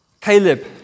Caleb